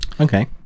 okay